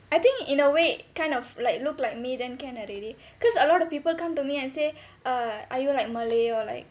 I think in a way kind of like look like me then can already because a lot of people come to me and say err are you like malay or like